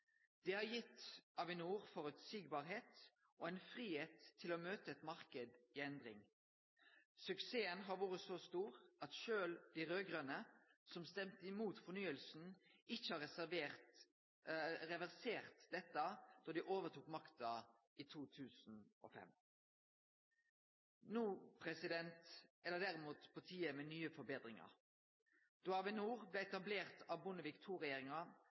Det har gitt Avinor føreseielegheit og fridom til å møte ein marknad i endring. Suksessen har vore så stor at sjølv dei raud-grøne, som stemte imot fornyinga, ikkje reverserte dette da dei overtok makta i 2005. No er det derimot på tide med nye forbetringar. Då Avinor blei etablert av Bondevik